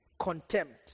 contempt